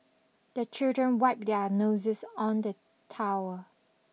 the children wipe their noses on the towel